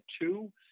two